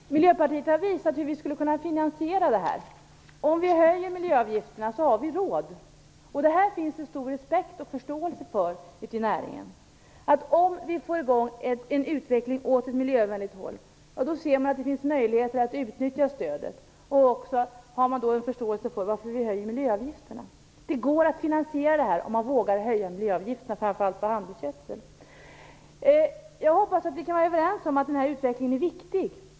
Fru talman! Miljöpartiet har visat hur vi skulle kunna finansiera detta med miljöstöden. Om vi höjer miljöavgifterna har vi råd. Det finns en stor respekt och förståelse för det ute i näringen. Om vi får i gång en utveckling åt ett miljövänligt håll ser man att det finns möjligheter att utnyttja stödet. Då får man också en förståelse för att vi höjer miljöavgifterna. Det går att finansiera detta, om man vågar höja miljöavgifterna, framför allt på handelsgödsel. Jag hoppas att vi kan vara överens om att denna utveckling är viktig.